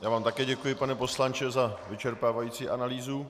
Také vám děkuji, pane poslanče, za vyčerpávající analýzu.